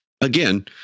again